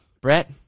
Brett